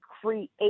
create